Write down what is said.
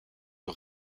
que